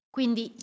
Quindi